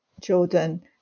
Jordan